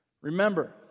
Remember